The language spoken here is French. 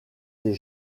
des